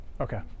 Okay